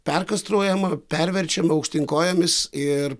perkastruojama perverčiama aukštyn kojomis ir